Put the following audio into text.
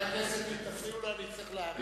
חברי הכנסת, אם תפריעו אני אצטרך להאריך